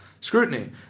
scrutiny